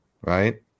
right